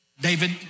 David